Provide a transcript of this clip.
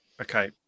okay